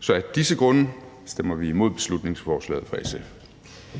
Så af disse grunde stemmer vi imod beslutningsforslaget fra SF.